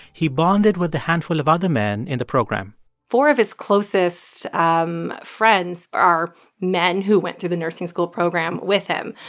he bonded with the handful of other men in the program four of his closest um friends are men who went through the nursing school program with him.